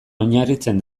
oinarritzen